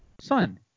Son